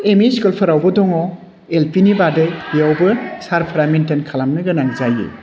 M E स्कुलफोरावबो दङ एलपिनि बादै बेयावबो सारफ्रा मेनटेन खालामनो गोनां जायो